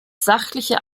sachliche